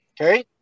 Okay